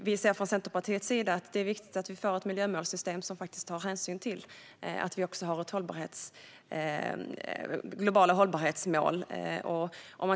Vi anser från Centerpartiets sida att det är viktigt att vi får ett miljömålssystem som faktiskt tar hänsyn till att vi också har globala hållbarhetsmål.